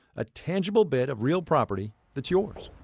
a tangible bit of real property that's yours